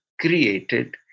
created